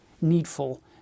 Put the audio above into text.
needful